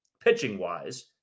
pitching-wise